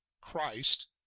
Christ